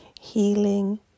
Healing